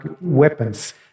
weapons